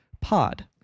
Pod